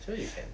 sure you can